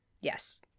Yes